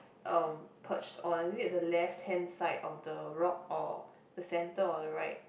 um perched on is it the left hand side of the rock or the center or the right